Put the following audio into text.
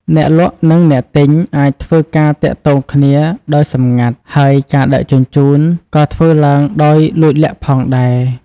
អ្នកលក់និងអ្នកទិញអាចធ្វើការទាក់ទងគ្នាដោយសម្ងាត់ ហើយការដឹកជញ្ជូនក៏ធ្វើឡើងដោយលួចលាក់ផងដែរ។